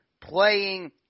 playing